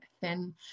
thin